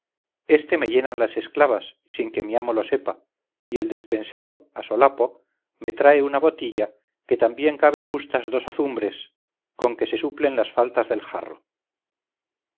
éste me llenan las esclavas sin que mi amo lo sepa y el despensero a solapo me trae una botilla que también cabe justas dos azumbres con que se suplen las faltas del jarro